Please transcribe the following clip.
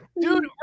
Dude